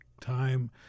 time